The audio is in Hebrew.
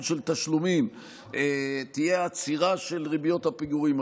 של תשלומים תהיה עצירה של ריביות הפיגורים,